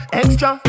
extra